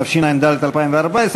התשע"ד 2014,